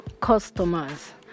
customers